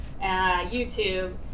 youtube